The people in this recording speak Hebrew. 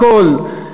הכול,